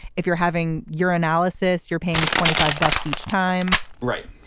if you're having urinalysis. you're paying twenty five bucks each time right.